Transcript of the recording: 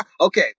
Okay